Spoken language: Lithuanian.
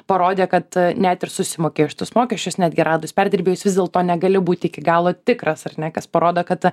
parodė kad net ir susimokėjus šitus mokesčius netgi radus perdirbėjus vis dėlto negali būti iki galo tikras ar ne kas parodo kad